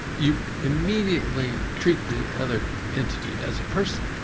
you immediately treat the other entity as a person,